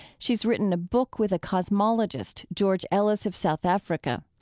she's written a book with a cosmologist, george ellis of south africa.